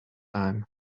time